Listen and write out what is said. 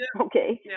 Okay